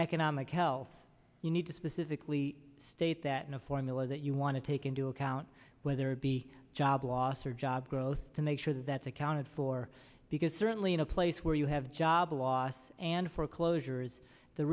economic health you need to specifically state that in a formula that you want to take into account whether it be job loss or job growth to make sure that that's accounted for because certainly in a place where you have job loss and foreclosures the